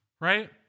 right